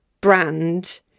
brand